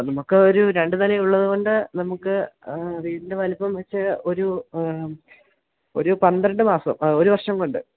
നമുക്ക് ഒരു രണ്ട് നില ഉള്ളത് കൊണ്ട് നമുക്ക് വീടിൻറ്റെ വലുപ്പം വെച്ച് ഒരു ഒരു പന്ത്രണ്ട് മാസം ഒരു വർഷംകൊണ്ട്